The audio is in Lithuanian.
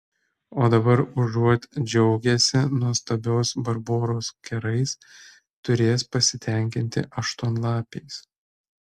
o dabar užuot džiaugęsi nuostabiosios barbaros kerais turės pasitenkinti aštuonlapiais